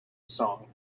song